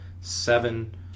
seven